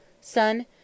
Son